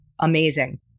Amazing